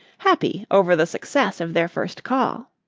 happy over the success of their first call.